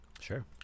Sure